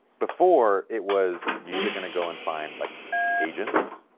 before it was either gonna go and find like agents,